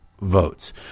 votes